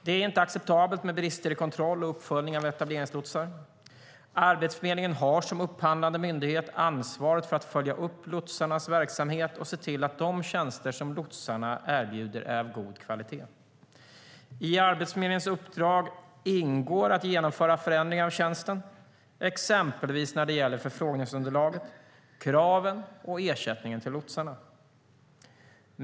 Det är inte acceptabelt med brister i kontroll och uppföljning av etableringslotsar. Arbetsförmedlingen har som upphandlande myndighet ansvaret för att följa upp lotsarnas verksamhet och se till att de tjänster som lotsarna erbjuder är av god kvalitet. I Arbetsförmedlingens uppdrag ingår att genomföra förändringar av tjänsten, exempelvis när det gäller förfrågningsunderlaget, kraven och ersättningen till lotsarna.